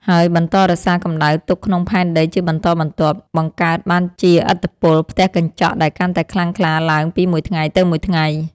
ហើយបន្តរក្សាកម្ដៅទុកក្នុងផែនដីជាបន្តបន្ទាប់ បង្កើតបានជាឥទ្ធិពលផ្ទះកញ្ចក់ដែលកាន់តែខ្លាំងក្លាឡើងពីមួយថ្ងៃទៅមួយថ្ងៃ។